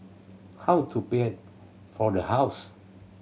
how to pay for the house